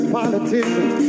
politicians